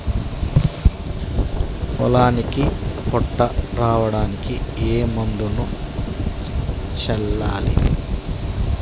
పొలానికి పొట్ట రావడానికి ఏ మందును చల్లాలి?